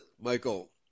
Michael